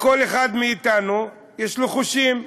לכל אחד מאתנו יש חושים,